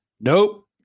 Nope